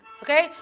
Okay